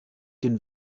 den